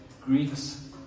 greeks